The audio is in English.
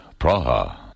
Praha